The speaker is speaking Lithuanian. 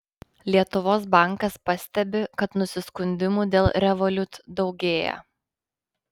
lietuvos bankas pastebi kad nusiskundimų dėl revolut daugėja